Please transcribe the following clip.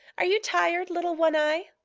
are you tired, little one-eye?